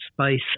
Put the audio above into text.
space